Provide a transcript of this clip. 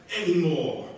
anymore